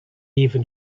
even